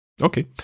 Okay